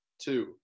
two